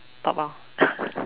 top lor